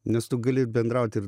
nes tu gali bendraut ir